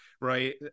right